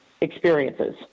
experiences